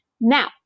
Now